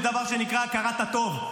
יש דבר שנקרא הכרת הטוב.